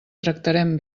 tractarem